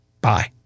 bye